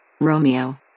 Romeo